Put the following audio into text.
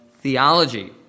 theology